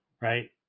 right